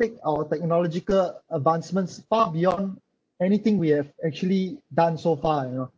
take our technological advancements far beyond anything we have actually done so far you know